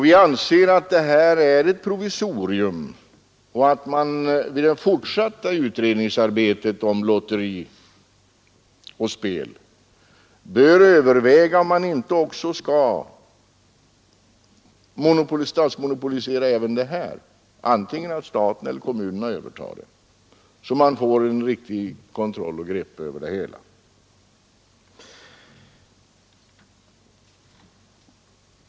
Vi anser att vad som nu föreslås är ett provisorium och att man vid det fortsatta utredningsarbetet om lotteri och spel skall överväga om man inte också skall monopolisera spelet på automater så att antingen staten eller kommunerna övertar det och man får en riktig kontroll över det hela.